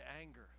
anger